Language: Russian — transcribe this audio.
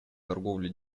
торговли